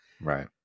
Right